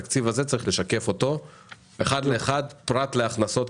התקציב הזה צריך לשקף אותו אחד לאחד פרט להכנסות,